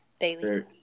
daily